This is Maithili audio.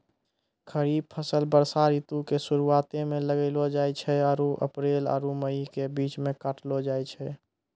खरीफ फसल वर्षा ऋतु के शुरुआते मे लगैलो जाय छै आरु अप्रैल आरु मई के बीच मे काटलो जाय छै